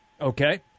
Okay